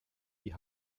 die